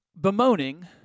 bemoaning